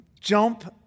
jump